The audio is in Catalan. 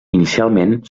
inicialment